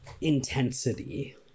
intensity